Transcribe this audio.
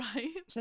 Right